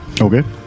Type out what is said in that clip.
Okay